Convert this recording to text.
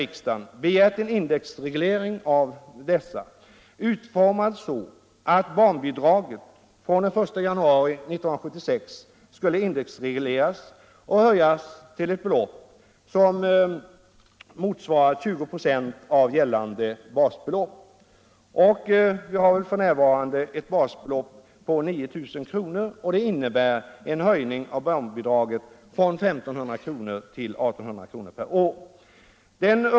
Men, herr socialminister, vi vill ge förtur åt barnomsorgerna! Det är det väsentliga i detta sammanhang.